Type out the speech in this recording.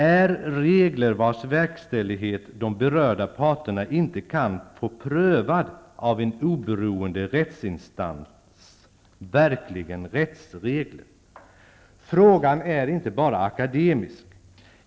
Är regler, vilkas verkställighet de berörda parterna inte kan få prövad av en oberoende rättsinstans, verkligen rättsregler? Frågan är inte bara akademisk.